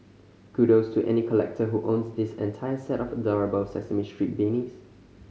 kudos to any collector who owns this entire set of adorable Sesame Street beanies